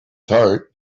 heart